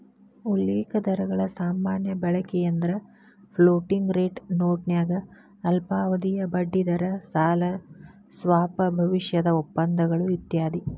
ಉಲ್ಲೇಖ ದರಗಳ ಸಾಮಾನ್ಯ ಬಳಕೆಯೆಂದ್ರ ಫ್ಲೋಟಿಂಗ್ ರೇಟ್ ನೋಟನ್ಯಾಗ ಅಲ್ಪಾವಧಿಯ ಬಡ್ಡಿದರ ಸಾಲ ಸ್ವಾಪ್ ಭವಿಷ್ಯದ ಒಪ್ಪಂದಗಳು ಇತ್ಯಾದಿ